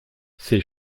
ses